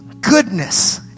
goodness